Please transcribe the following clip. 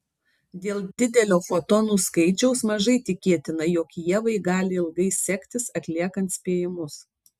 dėl didelio fotonų skaičiaus mažai tikėtina jog ievai gali ilgai sektis atliekant spėjimus